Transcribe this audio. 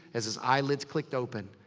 as his eye lids clicked open.